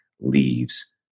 leaves